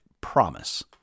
promise